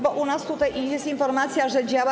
Bo u nas tutaj jest informacja, że działa.